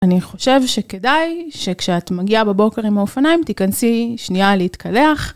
אני חושב שכדאי שכשאת מגיעה בבוקר עם האופניים תיכנסי שנייה להתקלח.